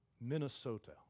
Minnesota